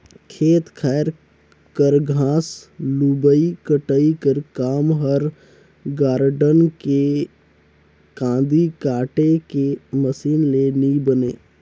खेत खाएर कर घांस लुबई कटई कर काम हर गारडन के कांदी काटे के मसीन ले नी बने